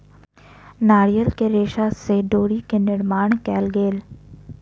नारियल के रेशा से डोरी के निर्माण कयल गेल